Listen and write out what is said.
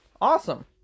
awesome